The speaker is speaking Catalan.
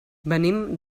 venim